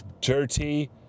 dirty